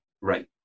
Right